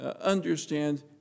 understand